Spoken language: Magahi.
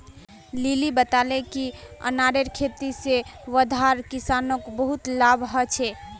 लिली बताले कि अनारेर खेती से वर्धार किसानोंक बहुत लाभ हल छे